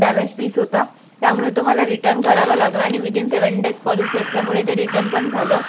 damage piece होता त्यामुळे तुम्हाला तो मला रिटर्न करावा लागला आणि विदिन सेव्हन डेज पॉलिसी असल्यामुळे ते रिटर्न पण झालं